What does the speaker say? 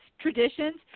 traditions